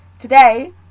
today